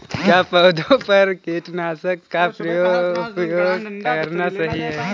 क्या पौधों पर कीटनाशक का उपयोग करना सही है?